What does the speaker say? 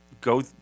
go